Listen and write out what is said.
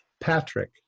Patrick